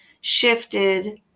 shifted